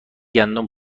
گندم